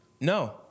No